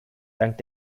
dank